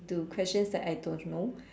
to questions that I don't know